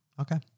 Okay